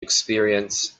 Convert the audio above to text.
experience